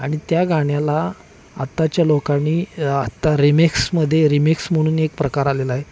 आणि त्या गाण्याला आत्ताच्या लोकांनी आत्ता रिमेक्समध्ये रिमेक्स म्हणून एक प्रकार आलेला आहे